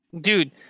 Dude